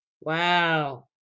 wow